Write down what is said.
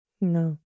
No